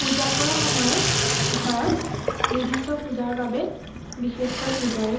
পূজা কৰা সময়ত ঘৰত নিৰ্দিষ্ট পূজাৰ বাবে বিশেষকৈ পূজাৰী